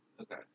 Okay